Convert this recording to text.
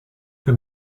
que